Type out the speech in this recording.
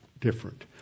different